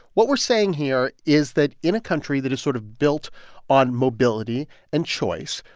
what we're saying here is that in a country that is sort of built on mobility and choice,